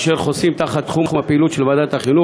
ואלה חוסים תחת תחום הפעילות של ועדת החינוך,